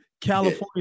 California